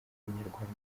w’umunyarwanda